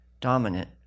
dominant